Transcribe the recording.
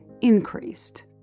increased